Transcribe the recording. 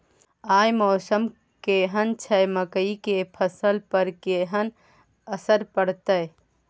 आय मौसम केहन छै मकई के फसल पर केहन असर परतै?